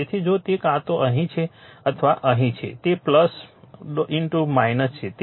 તેથી જો તે કાં તો અહીં છે અથવા અહીં છે તે છે